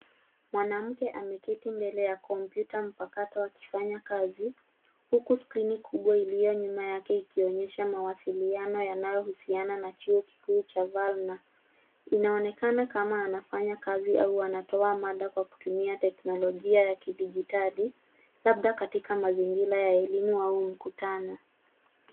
Mwanamke ameketi mbele ya kompyuta mpakato akifanya kazi, huku skrini kubwa iliyo nyuma yake ikionyesha mawasiliano yanayohusiana na chuo kikuu cha Valna. Inaonekana kama anafanya kazi au anatoa mada kwa kutumia teknolojia ya kidijitali labda katika mazingira ya elimu au mkutano.